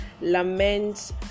laments